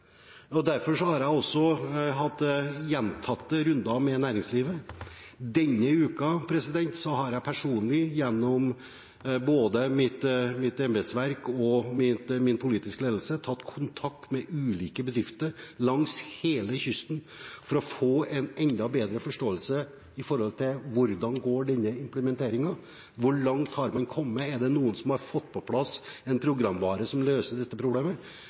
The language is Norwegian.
har jeg også hatt gjentatte runder med næringslivet. Denne uken har jeg personlig gjennom både mitt embetsverk og min politiske ledelse tatt kontakt med ulike bedrifter langs hele kysten for å få en enda bedre forståelse av hvordan denne implementeringen går. Hvor langt har man kommet? Er det noen som har fått på plass en programvare som løser dette problemet?